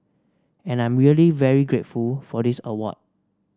and I'm really very grateful for this award